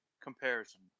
comparison